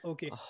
Okay